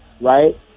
right